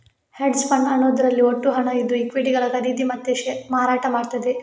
hedge fund ಅನ್ನುದ್ರಲ್ಲಿ ಒಟ್ಟು ಹಣ ಇದ್ದು ಈಕ್ವಿಟಿಗಳ ಖರೀದಿ ಮತ್ತೆ ಮಾರಾಟ ಮಾಡ್ತದೆ